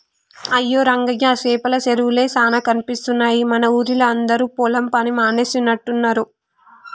అయ్యో రంగయ్య సేపల సెరువులే చానా కనిపిస్తున్నాయి మన ఊరిలా అందరు పొలం పని మానేసినట్టున్నరు